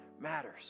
matters